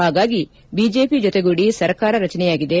ಹಾಗಾಗಿ ಬಿಜೆಪಿ ಜೊತೆಗೂಡಿ ಸರ್ಕಾರ ರಜನೆಯಾಗಿದೆ